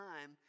time